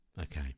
Okay